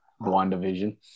WandaVision